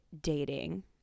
dating